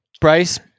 Bryce